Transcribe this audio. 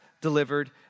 delivered